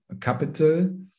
capital